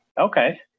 okay